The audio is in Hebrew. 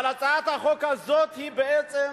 אבל הצעת החוק הזאת היא בעצם